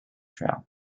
trail